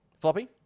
Floppy